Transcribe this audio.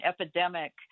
epidemic